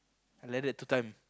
I like that two time